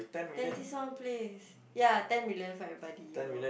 there's this some place ya ten million for everybody you know